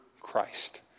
Christ